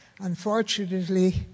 Unfortunately